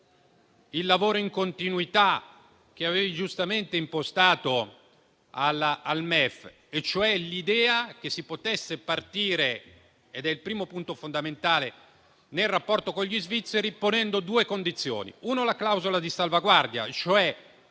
il lavoro in continuità che aveva giustamente impostato al MEF, e cioè l'idea che si potesse partire - ed è il primo punto fondamentale nel rapporto con gli svizzeri - ponendo due condizioni. La prima è la clausola di salvaguardia, per